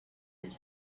with